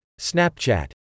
Snapchat